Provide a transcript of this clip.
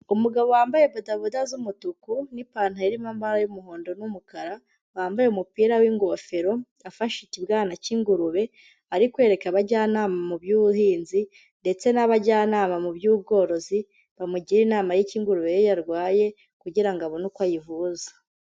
Umugabo wambaye bodaboda z'umutuku, nipantaro irimo amabara y'umuhondo numukara, wambaye umupira w'ingofero, afashe ikibwana cy'ingurube, ari kwereka abajyanama mu by'ubuhinzi ndetse n'abajyanama mu by'ubworozi, bamugira inama y'ikingurube ye yarwaye kugira abone uko ayivuza.